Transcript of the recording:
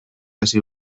hasi